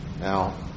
Now